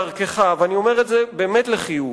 וכדרכך, ואני אומר את זה באמת לחיוב,